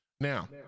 now